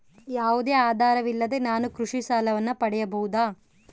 ಯಾವುದೇ ಆಧಾರವಿಲ್ಲದೆ ನಾನು ಕೃಷಿ ಸಾಲವನ್ನು ಪಡೆಯಬಹುದಾ?